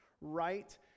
right